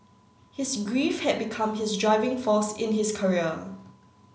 his grief had become his driving force in his career